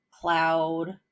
cloud